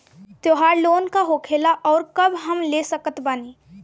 त्योहार लोन का होखेला आउर कब हम ले सकत बानी?